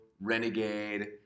renegade